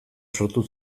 sortu